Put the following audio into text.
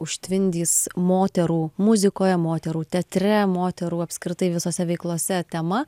užtvindys moterų muzikoje moterų teatre moterų apskritai visose veiklose tema